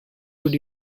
would